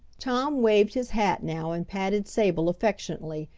tom waved his hat now and patted sable affectionately,